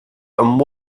and